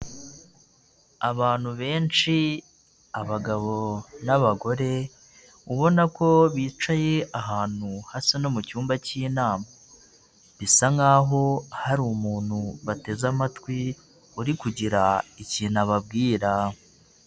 Abantu benshi abagabo n'abagore ubona ko bicaye ahantu hasa no mu cyumba cy'inama, bisa nkaho hari umuntu bateze amatwi uri kugira ikintu ababwira.